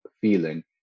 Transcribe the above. feeling